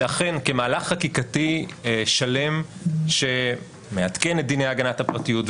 שאכן מהלך חקיקתי שלם שמעדכן את דיני הגנת הפרטיות,